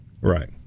Right